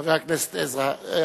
חבר הכנסת עזרא.